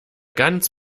ganz